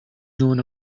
known